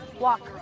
walk.